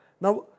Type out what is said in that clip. Now